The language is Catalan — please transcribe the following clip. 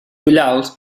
ullals